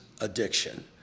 addiction